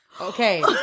Okay